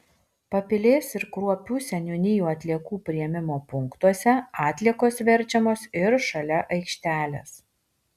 papilės ir kruopių seniūnijų atliekų priėmimo punktuose atliekos verčiamos ir šalia aikštelės